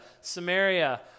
Samaria